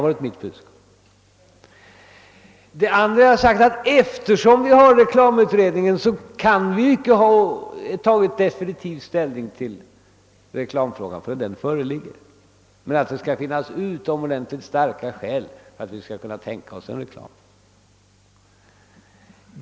Vidare har jag sagt att vi inte kan ta definitiv ställning till reklamfrågan förrän reklamutredningen framlagt sitt material. Det skall emellertid finnas utomordentligt starka skäl för att vi skall kunna tänka oss reklam i TV.